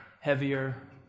heavier